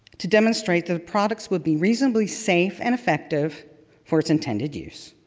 to demonstrate the products would be reasonably safe and effective for its intended use.